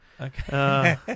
Okay